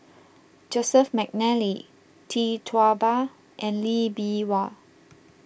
Joseph McNally Tee Tua Ba and Lee Bee Wah